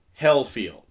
Hellfield